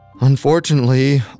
Unfortunately